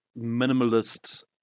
minimalist